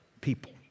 people